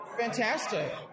Fantastic